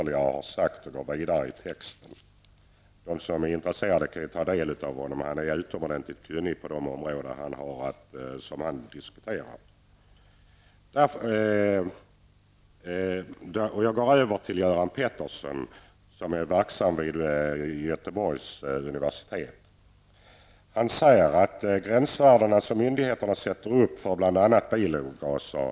I stället skall jag gå vidare med någonting annat. Den som är intresserad kan ta del av vad denne på många områden utomordentligt kunnige man har att säga. Jag går så över till att tala om vad Göran Petersson säger. Han är verksam vid Göteborgs universitet. Han talar bl.a. om de gränsvärden som myndigheterna sätter upp för exempelvis bilavgaser.